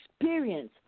experience